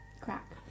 Crack